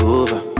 over